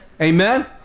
Amen